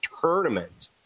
tournament